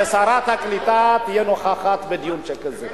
ששרת הקליטה תהיה נוכחת בדיון שכזה.